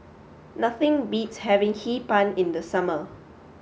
nothing beats having Hee Pan in the summer